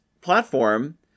platform